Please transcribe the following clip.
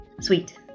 Sweet